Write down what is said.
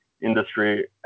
industry